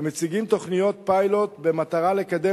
המציגים תוכניות פיילוט במטרה לקדם